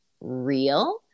real